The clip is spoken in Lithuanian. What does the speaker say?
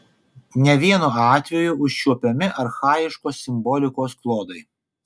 ne vienu atveju užčiuopiami archaiškos simbolikos klodai